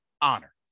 honor